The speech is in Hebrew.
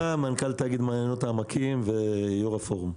אני מנכ"ל תאגיד "מעיינות העמקים" ויו"ר הפורום.